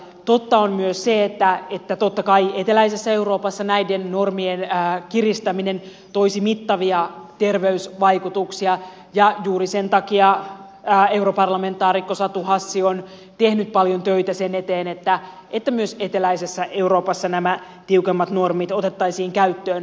totta on myös se että totta kai eteläisessä euroopassa näiden normien kiristäminen toisi mittavia terveysvaikutuksia ja juuri sen takia europarlamentaarikko satu hassi on tehnyt paljon töitä sen eteen että myös eteläisessä euroopassa nämä tiukemmat normit otettaisiin käyttöön